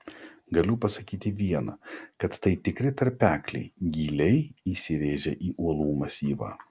galiu pasakyti viena kad tai tikri tarpekliai giliai įsirėžę į uolų masyvą